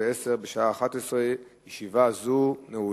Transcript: התשע"א 2010, נתקבל.